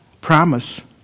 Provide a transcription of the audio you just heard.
promise